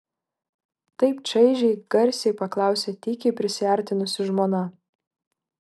taip čaižiai garsiai paklausė tykiai prisiartinusi žmona